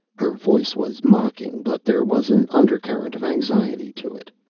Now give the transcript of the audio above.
her voice was mocking, but there was an undercurrent of anxiety to it.